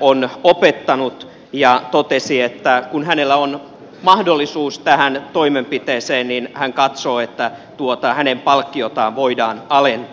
on opettanut ja totesi että kun hänellä on mahdollisuus tähän toimenpiteeseen niin hän katsoo että tuota hänen palkkiotaan voidaan alentaa